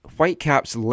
Whitecaps